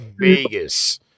Vegas